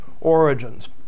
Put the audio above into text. origins